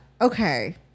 Okay